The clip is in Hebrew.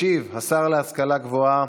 ישיב השר להשכלה גבוהה